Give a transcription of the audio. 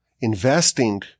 investing